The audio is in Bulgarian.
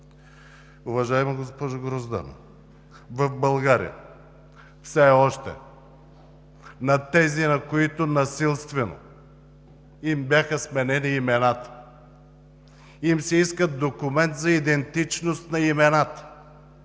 уважаема госпожо Грозданова, в България все още на тези, на които насилствено им бяха сменени имената, се иска документ за идентичност на имената.